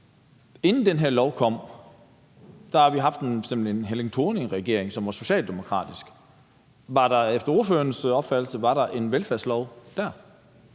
Inden den her lov kom, havde vi haft en Helle Thorning-Schmidt-regering, som var socialdemokratisk. Var der efter ordførerens opfattelse en velfærdslov der?